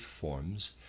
forms